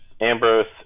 Ambrose